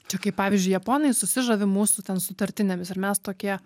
čia kaip pavyzdžiui japonai susižavi mūsų ten sutartinėmis ir mes tokie